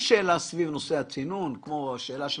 יש שאלה סביב נושא הצינון, למשל השאלה של